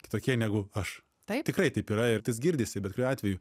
kitokie negu aš tai tikrai taip yra ir tas girdisi bet kuriuo atveju